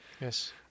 Yes